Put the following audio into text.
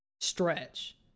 stretch